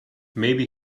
maybe